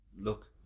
look